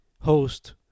host